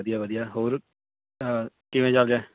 ਵਧੀਆ ਵਧੀਆ ਹੋਰ ਕਿਵੇਂ ਚੱਲ ਰਿਹਾ